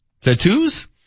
Tattoos